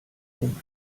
den